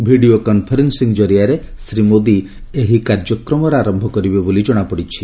video conferencing କରିଆରେ ଶ୍ରୀ ମୋଦୀ ଏହି କାର୍ଯ୍ୟକ୍ରମର ଆରମ୍ଭ କରିବେ ବୋଲି ଜଣାପଡ଼ିଛି